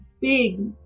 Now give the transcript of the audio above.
Big